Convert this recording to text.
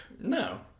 no